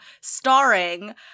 starring